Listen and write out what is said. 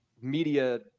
media